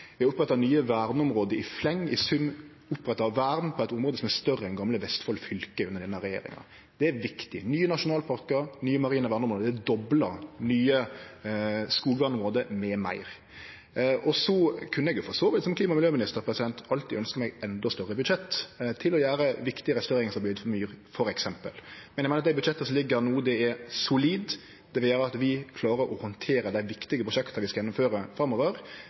vi har oppretta nye verneområde i fleng – i sum er det under denne regjeringa oppretta vern på eit område som er større enn gamle Vestfold fylke. Det er viktig: nye nasjonalparkar, nye marine verneområde er dobla, nye skogområde m.m. Så kunne eg for så vidt som klima- og miljøminister alltid ønskje meg enda større budsjett til å gjere viktig restaureringsarbeid, for myr f.eks. Men eg må innrømme at det budsjettet som ligg her no, er solid. Det vil gjere at vi klarer å handtere dei viktige prosjekta vi skal gjennomføre framover.